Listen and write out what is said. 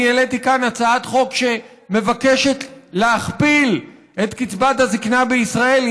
אני העליתי כאן הצעת חוק שמבקשת להכפיל את קצבת הזקנה בישראל.